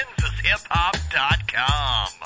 KansasHipHop.com